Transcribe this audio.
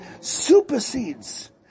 supersedes